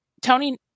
Tony